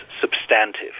substantive